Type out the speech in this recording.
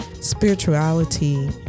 spirituality